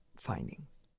findings